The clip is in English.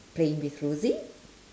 playing with rosie